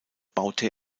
baute